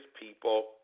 people